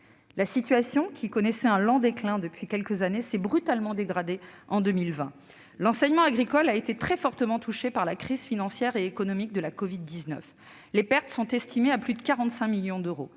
agricole, qui connaissait un lent déclin depuis quelques années, s'est brutalement dégradée cette année. De fait, il a été très fortement touché par la crise financière et économique de la covid-19 : les pertes sont estimées à plus de 45 millions d'euros